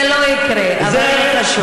זה לא יקרה, אבל לא חשוב.